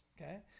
Okay